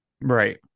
right